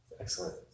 excellent